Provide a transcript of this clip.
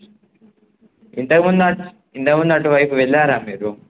ఇంతకుముందట్ ఇంతముందటువైపు వెళ్ళారా మీరు